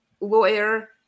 lawyer